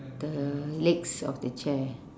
the legs of the chair